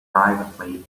privately